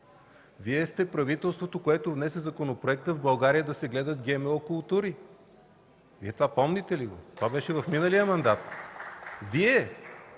Вие сте правителството, което внесе законопроекта в България да се гледат ГМО култури! Това помните ли го? Това беше в миналия мандат.